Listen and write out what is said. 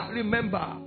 remember